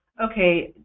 ok,